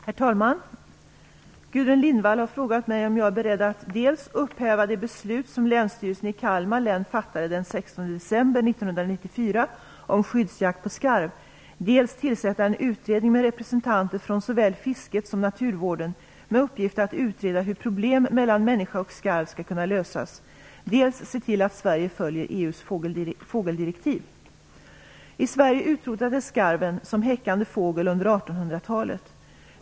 Herr talman! Gudrun Lindvall har frågat mig om jag är beredd att dels upphäva det beslut som 1994 om skyddsjakt på skarv, dels tillsätta en utredning med representanter från såväl fisket som naturvården med uppgift att utreda hur problem mellan människa och skarv skall kunna lösas, dels se till att Sverige följer EU:s fågeldirektiv. I Sverige utrotades skarven som häckande fågel under 1800-talet.